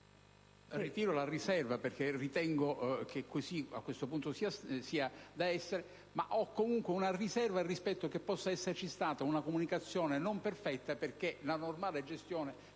ritiro la riserva, perché ritengo che così a questo punto debba essere. Ho comunque una riserva che ci possa essere stata una comunicazione non perfetta, perché la normale gestione